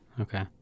Okay